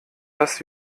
dass